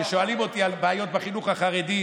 כששואלים אותי על בעיות בחינוך החרדי,